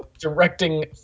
directing